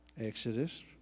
Exodus